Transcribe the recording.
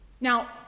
Now